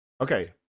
Okay